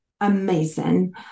amazing